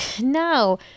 no